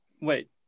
Wait